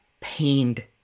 pained